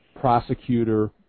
prosecutor